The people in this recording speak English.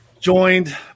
joined